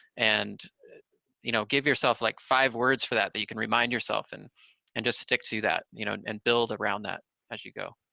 and you know, give yourself like five words for that, that you can remind yourself, and and just stick to that, you know, and build around that as you go.